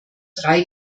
drei